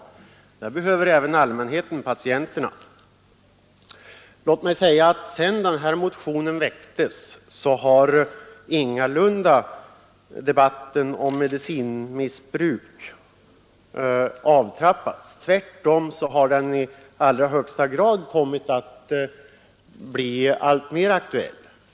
Det behöver även patienterna — allmänheten. Sedan motionen väcktes har ingalunda debatten om medicinmissbruk avtrappats. Tvärtom har den i allra högsta grad kommit att bli än mer aktuell.